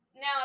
Now